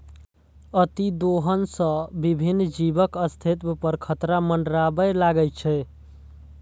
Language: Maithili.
अतिदोहन सं विभिन्न जीवक अस्तित्व पर खतरा मंडराबय लागै छै